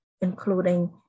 including